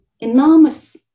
enormous